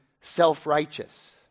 self-righteous